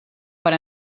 per